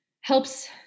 helps